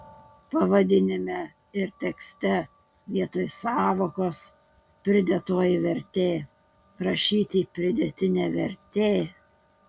pavadinime ir tekste vietoj sąvokos pridėtoji vertė rašyti pridėtinė vertė